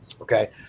Okay